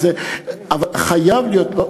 אבל חייב להיות.